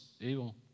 evil